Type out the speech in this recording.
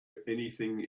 anything